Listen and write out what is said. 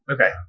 Okay